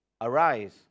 arise